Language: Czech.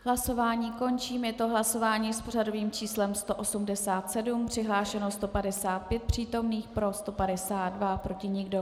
Hlasování končím, je to hlasování s pořadovým číslem 187, přihlášeno 155 přítomných, pro 152, proti nikdo.